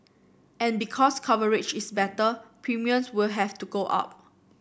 but because coverage is better premiums will have to go up